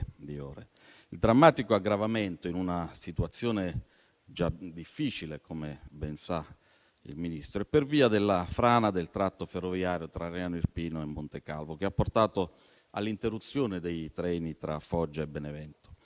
Il drammatico aggravamento, in una situazione già difficile, come ben sa il Ministro, è per via della frana del tratto ferroviario tra Ariano Irpino e Montecalvo, che ha portato all'interruzione dei treni tra Foggia e Benevento.